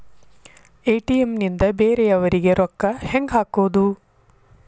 ATM ನಿಂದ ಬೇರೆಯವರಿಗೆ ರೊಕ್ಕ ಹೆಂಗ್ ಹಾಕೋದು?